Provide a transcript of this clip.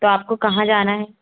तो आपको कहाँ जाना है